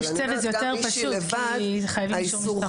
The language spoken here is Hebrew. איש צוות זה יותר פשוט כי חייבים אישור.